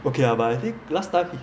okay lah but I think last time